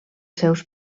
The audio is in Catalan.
seus